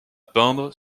peindre